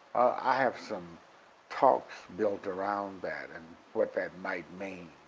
i have some talks built around that and what that might mean,